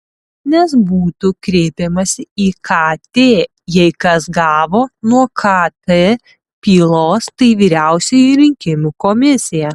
nes būtų kreipiamasi į kt jei kas gavo nuo kt pylos tai vyriausioji rinkimų komisija